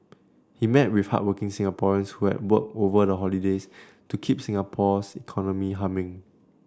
he met with hardworking Singaporeans who had work over the holidays to keep Singapore's economy humming